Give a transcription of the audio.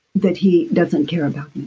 that he doesn't care about